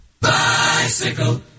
Bicycle